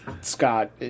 Scott